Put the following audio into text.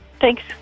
Thanks